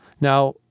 Now